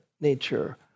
nature